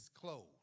clothes